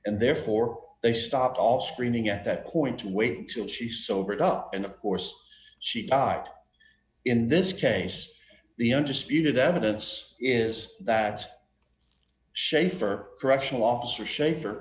and therefore they stopped all screaming at that point to wait until she sobered up and of course she died in this case the undisputed evidence is that schaefer correctional officer s